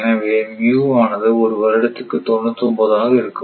எனவே ஆனது ஒரு வருடத்துக்கு 99 ஆக இருக்கும்